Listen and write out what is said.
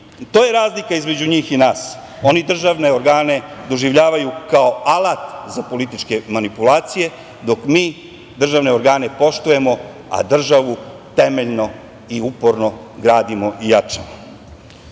To je razlika između njih i nas. Oni državne organe doživljavaju kao alat za političke manipulacije, dok mi državne organe poštujemo a državu temeljno i uporno gradimo i